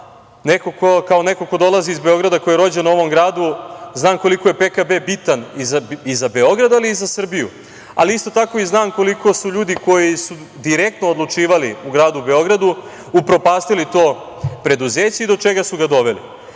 kao neko ko dolazi iz Beograda i ko je rođen u ovom gradu znam koliko je PKB bitan i za Beograd, ali i za Srbiju. Isto tako, znam i koliko su ljudi koji su direktno odlučivali u gradu Beogradu upropastili to preduzeće i do čega su ga doveli. Zamenom